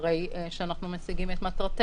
הרי שאנחנו משיגים את מטרתנו.